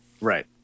right